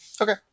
Okay